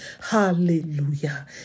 Hallelujah